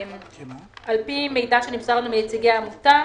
על פי מידע שנמסר לנו מנציגי העמותה,